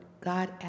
God